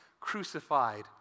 crucified